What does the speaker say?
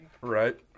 Right